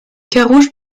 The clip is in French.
carouge